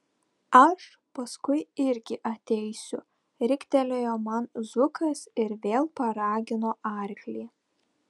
aš paskui irgi ateisiu riktelėjo man zukas ir vėl paragino arklį